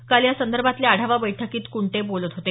काल यासंदर्भातल्या आढावा बैठकीत कुंटे बोलत होते